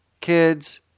Kids